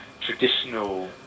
traditional